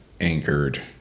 anchored